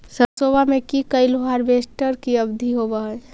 सरसोबा मे की कैलो हारबेसटर की अधिक होब है?